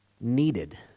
needed